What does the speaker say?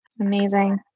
Amazing